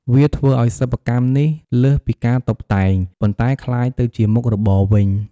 វាធ្វើឱ្យសិប្បកម្មនេះលើសពីការតុបតែង ប៉ុន្តែក្លាយទៅជាមុខរបរវិញ។